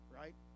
right